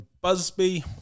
Busby